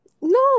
No